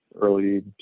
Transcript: early